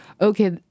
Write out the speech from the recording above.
okay